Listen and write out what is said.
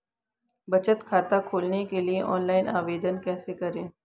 बचत खाता खोलने के लिए ऑनलाइन आवेदन कैसे करें?